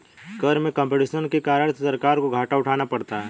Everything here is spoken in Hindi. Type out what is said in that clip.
कर में कम्पटीशन के कारण से सरकार को घाटा उठाना पड़ता है